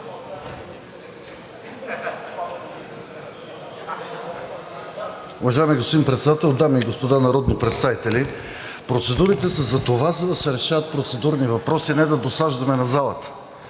Уважаеми господин Председател, дами и господа народни представители! Процедурите са за това, за да се решават процедурни въпроси, а не да досаждаме на залата.